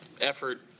Effort